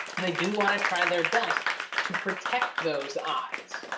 and they do want to try their best to protect those eyes.